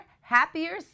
happier